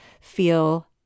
feel